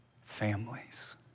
families